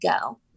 go